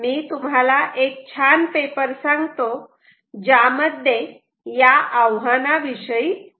मी तुम्हाला एक छान पेपर सांगतो ज्यामध्ये या आव्हान विषयी सांगितले आहे